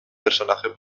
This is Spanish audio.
personaje